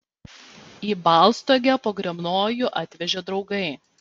į baltstogę pogrebnojų atvežė draugai